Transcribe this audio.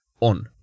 on